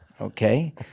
okay